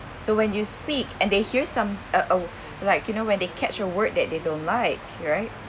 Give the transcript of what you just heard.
so when you speak and they hear some uh oh like you know when they catch your word that they don't like right